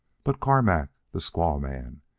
but carmack, the squaw-man!